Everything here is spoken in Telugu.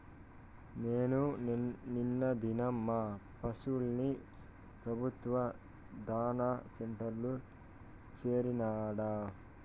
నేను నిన్న దినం మా పశుల్ని పెబుత్వ దాణా సెంటర్ల చేర్చినాడ